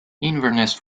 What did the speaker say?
inverness